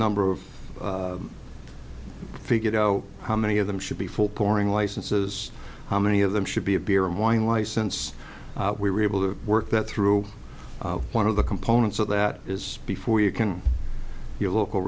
number of figured out how many of them should be for pouring licenses how many of them should be a beer and wine license we were able to work that through one of the components so that is before you can your local